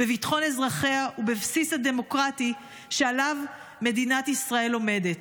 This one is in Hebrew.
בביטחון אזרחיה ובבסיס הדמוקרטי שעליו מדינת ישראל עומדת.